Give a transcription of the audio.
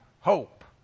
hope